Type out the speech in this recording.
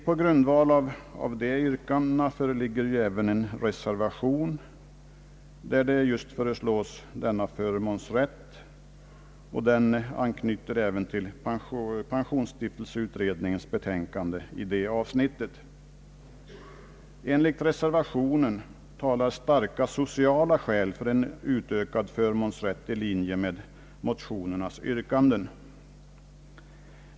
På grundval av de yrkandena föreligger även en reservation där denna förmånsrätt föreslås, och reservationen anknyter även till pensionsstiftelseutredningens betänkande i det avsnittet. Enligt reservationen talar starka sociala skäl för en utökad förmånsrätt i linje med motionernas yrkanden.